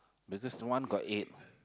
because one got eight